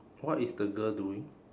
what is the girl doing